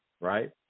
right